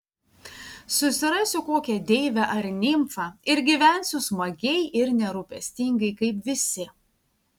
susirasiu kokią deivę ar nimfą ir gyvensiu smagiai ir nerūpestingai kaip visi